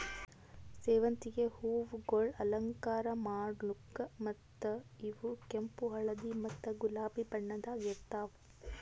ಸೇವಂತಿಗೆ ಹೂವುಗೊಳ್ ಅಲಂಕಾರ ಮಾಡ್ಲುಕ್ ಮತ್ತ ಇವು ಕೆಂಪು, ಹಳದಿ ಮತ್ತ ಗುಲಾಬಿ ಬಣ್ಣದಾಗ್ ಇರ್ತಾವ್